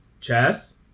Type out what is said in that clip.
Chess